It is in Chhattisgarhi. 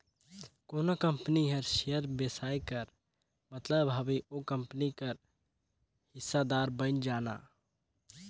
कोनो कंपनी कर सेयर बेसाए कर मतलब हवे ओ कंपनी कर हिस्सादार बइन जाना